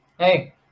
Hey